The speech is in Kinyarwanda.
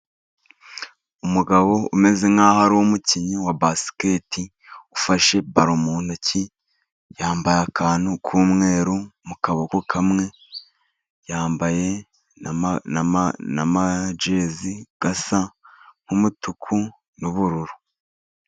Umugabo umeze nk'aho ari umukinnyi wa basiketi ufashe balo mu ntoki. Yambaye akantu k'umweru mu kaboko kamwe, yambaye n'amajezi asa nk'umutuku n'ubururu.